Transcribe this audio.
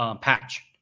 patch